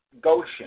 Goshen